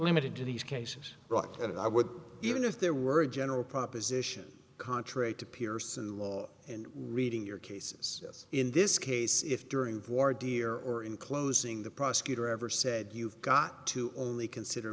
limited to these cases rocked and i would even if there were a general proposition contrary to pearson law and reading your cases in this case if during voir dire or in closing the prosecutor ever said you've got to only consider